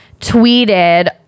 tweeted